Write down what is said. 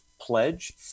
pledge